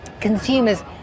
Consumers